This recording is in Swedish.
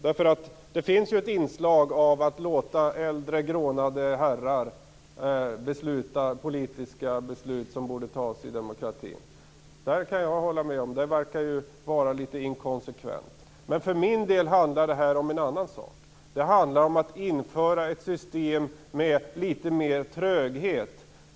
Det finns nämligen ett inslag av att låta äldre, grånade herrar fatta politiska beslut som borde fattas demokratiskt. Jag kan hålla med om att detta verkar vara litet inkonsekvent. Men för min del handlar det här om en annan sak, nämligen om att införa ett system med litet mer tröghet.